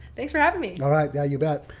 thanks for having me. all right, now you bet.